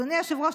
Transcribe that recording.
אדוני היושב-ראש,